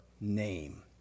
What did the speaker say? name